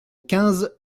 quinze